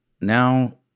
now